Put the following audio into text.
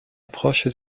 approche